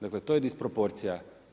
Dakle, to je disproporcija.